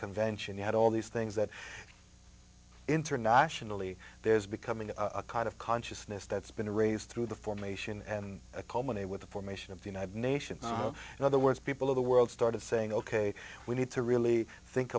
convention you had all these things that internationally there's becoming a kind of consciousness that's been raised through the formation and a common a with the formation of the united nations in other words people of the world started saying ok we need to really think